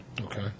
Okay